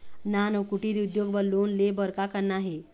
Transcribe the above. नान अउ कुटीर उद्योग बर लोन ले बर का करना हे?